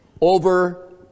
over